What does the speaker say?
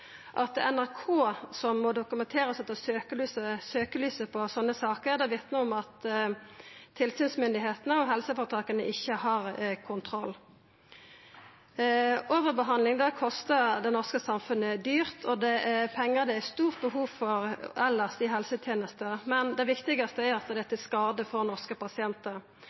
At det er NRK som må dokumentera og setja søkjelyset på slike saker, vitnar om at tilsynsmyndigheitene og helseføretaka ikkje har kontroll. Overbehandling kostar det norske samfunnet dyrt, og det er pengar det er stort behov for elles i helsetenesta, men det viktigaste er at det er til skade for norske pasientar.